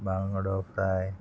बांगडो फ्राय